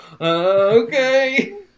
okay